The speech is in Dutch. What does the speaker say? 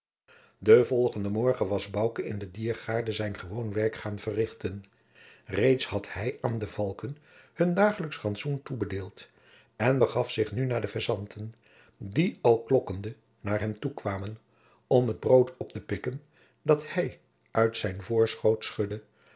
den volgenden morgen was bouke in de diergaarde zijn gewoon werk gaan verrichten reeds had hij aan de valken hun dagelijksch rantsoen toebedeeld en begaf zich nu naar de fesanten die al klokkende naar hem toe kwamen om het brood op te pikken dat hij uit zijn voorschoot schudde